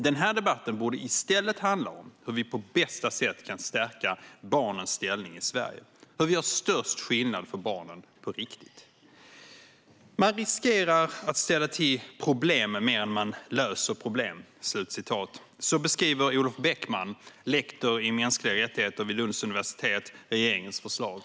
Den här debatten borde i stället handla om hur vi på bästa sätt kan stärka barnens ställning i Sverige, hur vi gör störst skillnad för barnen på riktigt. "Man riskerar att ställa till problem mer än man löser problem." Så beskriver Olof Beckman, lektor i mänskliga rättigheter vid Lunds universitet, regeringens förslag.